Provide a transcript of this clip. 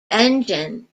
engine